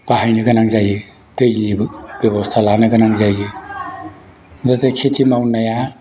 बाहायनो गोनां जायो दैनिबो बेबस्ता लानो गोनां जायो गतिके खेति मावनाया